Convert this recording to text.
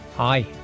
Hi